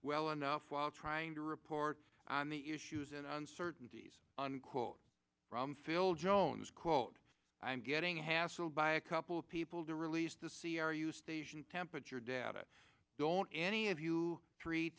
well enough while trying to report on the issues and uncertainties unquote from phil jones quote i'm getting hassled by a couple of people to release the c r u station temperature data don't any of you treat